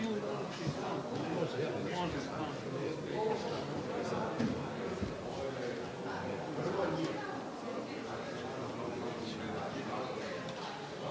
Hvala vam